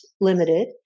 limited